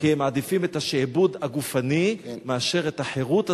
כי הם מעדיפים את השעבוד הגופני מאשר את החירות הזאת,